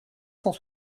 cent